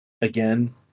again